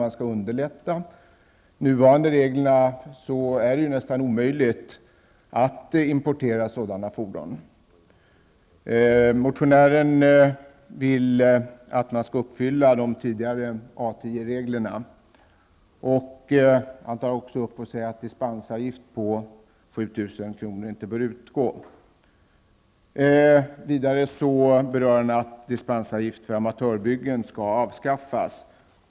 Enligt de nuvarande reglerna är det nästan omöjligt att importera sådana fordon. Motionären vill att man skall uppfylla de tidigare A 10-reglerna. Motionären anför också att dispensavgiften på 7 000 kr. inte bör utgå. Vidare anför motionären att dispensavgiften för amatörbyggen skall avskaffas.